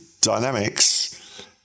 Dynamics